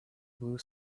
blue